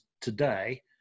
today